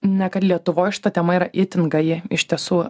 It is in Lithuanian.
ne kad lietuvoj šita tema yra itin gaji iš tiesų